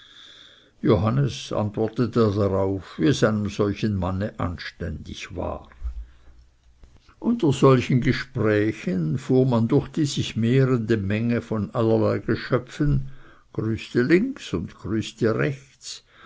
johannes antwortete darauf wie es einem solchen manne anständig war unter solchen gesprächen fuhr man durch die sich mehrende menge von allerlei geschöpfen grüßte links und grüßte rechts